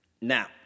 Now